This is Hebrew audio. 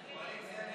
הצעת